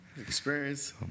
Experience